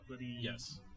Yes